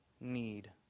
Need